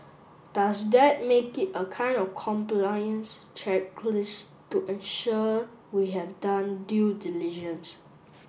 does that make it a kind of compliance checklist to ensure we have done due diligence